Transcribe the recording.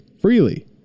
freely